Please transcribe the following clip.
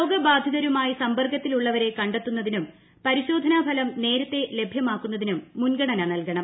രോഗബാധിതരുമായി സമ്പർക്കത്തിലുള്ളവരെ കണ്ടെത്തുന്നതിനും പരിശോധനാഫലം നേരത്തെ ലഭ്യമാക്കുന്നതിനും മുൻഗണന നൽകണം